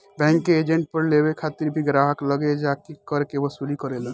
bank के agent कर लेवे खातिर भी ग्राहक लगे जा के कर के वसूली करेलन